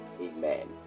Amen